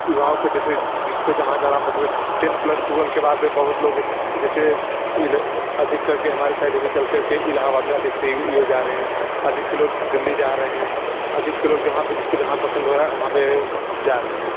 युवाओं को जैसे जिसको जहाँ जाना पसंद है टेन्थ प्लस ट्वेल्व के बाद बहुत लोग जैसे इले अधिक कर के हमारे साइड मे चल कर के इलाहाबाद मे अधिक से यो युवा जा रहे हैं अधिक से लोग दिल्ली जा रहे अधिक से लोग जहाँ पर जिसके जहाँ पसंद हो रहा है वहाँ पर जा रहे हैं